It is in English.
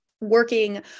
working